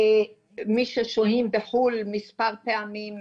מי ששוהים בחו"ל מספר פעמים,